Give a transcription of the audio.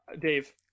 dave